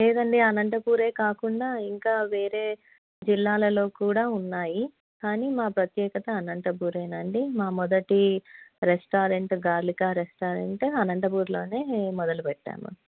లేదండి అనంతపూరే కాకుండా ఇంకా వేరే జిల్లాలలో కూడా ఉన్నాయి కానీ మా ప్రత్యేకత అనంతపూరేనండి మా మొదటి రెస్టారెంట్ గార్ళికా రెస్టారెంట్ అనంతపూర్లోనే మొదలుపెట్టాము